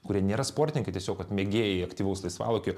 kurie nėra sportininkai tiesiog kad mėgėjai aktyvaus laisvalaikio